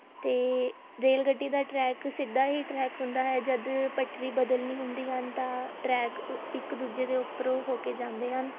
ਅਤੇ ਰੇਲ ਗੱਡੀ ਦਾ ਟਰੈਕ ਸਿੱਧਾ ਹੀ ਟਰੈਕ ਹੁੰਦਾ ਹੈ ਜਦ ਪੱਟੜੀ ਬਦਲਣੀ ਹੁੰਦੀ ਹਨ ਤਾਂ ਟਰੈਕ ਇੱਕ ਦੂਜੇ ਦੇ ਉੱਪਰੋਂ ਹੋ ਕੇ ਜਾਂਦੇ ਹਨ